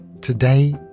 Today